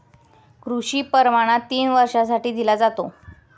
कृषी परवाना तीन वर्षांसाठी दिला जातो